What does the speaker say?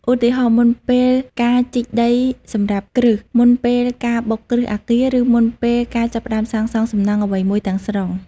ឧទាហរណ៍ មុនពេលការជីកដីសម្រាប់គ្រឹះ មុនពេលការបុកគ្រឹះអាគារ ឬមុនពេលការចាប់ផ្តើមសាងសង់សំណង់អ្វីមួយទាំងស្រុង។